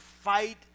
fight